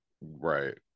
right